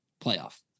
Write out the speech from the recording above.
playoff